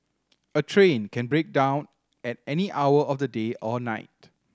a train can break down at any hour of the day or night